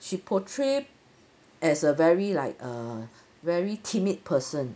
she portray as a very like a very timid person